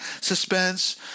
suspense